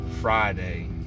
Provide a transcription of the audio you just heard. Friday